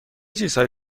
چیزهای